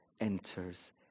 enters